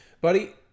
Buddy